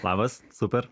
labas super